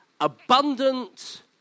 abundant